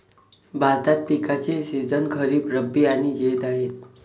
भारतात पिकांचे सीझन खरीप, रब्बी आणि जैद आहेत